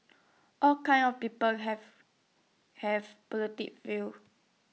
all kinds of people have have politic views